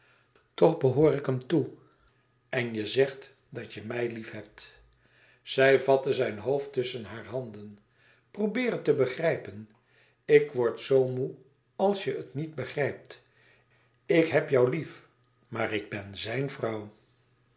behoor ik hem toe en je zegt dat je mij liefhebt zij vatte zijn hoofd tusschen haar handen probeer het te begrijpen ik word zoo moê als je het niet begrijpt ik heb jou lief maar ik ben zijn vrouw